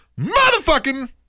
motherfucking